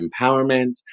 empowerment